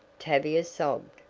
tavia sobbed,